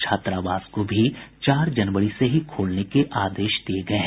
छात्रावास को भी चार जनवरी से ही खोलने के आदेश दिये गये हैं